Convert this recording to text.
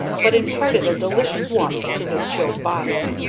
but imparted a delicious warmth to his chilled body.